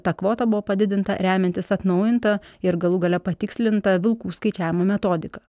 ta kvota buvo padidinta remiantis atnaujinta ir galų gale patikslinta vilkų skaičiavimo metodika